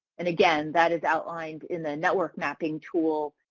and again, that is outlined in the network mapping tool.